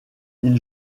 ils